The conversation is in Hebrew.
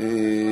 מה לעשות?